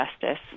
justice